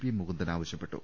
P Mukundan ആവശ്യപ്പെട്ടു